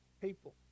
people